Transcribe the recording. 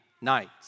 nights